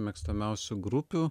mėgstamiausių grupių